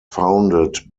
founded